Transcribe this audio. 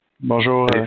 Bonjour